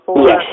Yes